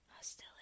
Hostility